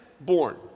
born